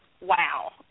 Wow